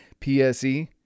PSE